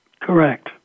Correct